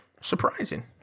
Surprising